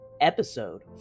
Episode